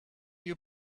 you